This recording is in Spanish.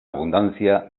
abundancia